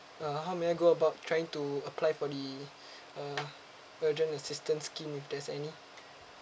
uh how may I go about trying to apply for the uh urgent assistance scheme if there's any